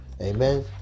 Amen